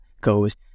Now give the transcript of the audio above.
goes